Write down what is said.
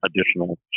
additional